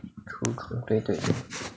true true 对对对